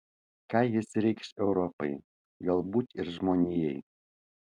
ką jis reikš europai galbūt ir žmonijai